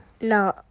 No